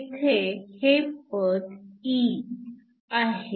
येथे हे पद e आहे